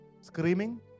screaming